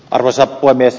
arvoisa puhemies